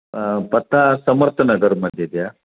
पत्ता समर्थ नगरमध्ये द्या